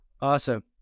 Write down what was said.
Awesome